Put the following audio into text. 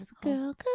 girl